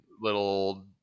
little